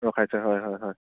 ৰখাইছে হয় হয় হয়